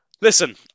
listen